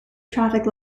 traffic